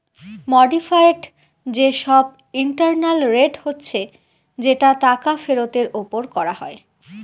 modified যে সব internal rate হচ্ছে যেটা টাকা ফেরতের ওপর করা হয়